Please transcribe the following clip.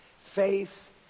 Faith